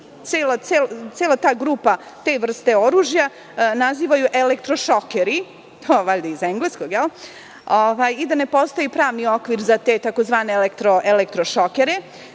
cela ta grupa, te vrste oružja, nazivaju elektrošokeri, to valjda iz engleskog, i da ne postoji pravni okvir za te tzv. elektrošokere.